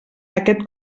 aquest